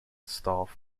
staff